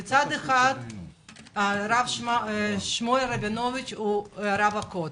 מצד אחד הרב שמואל רבינוביץ הוא רב הכותל,